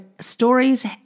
stories